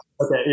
Okay